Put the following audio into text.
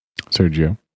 Sergio